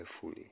fully